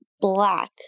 black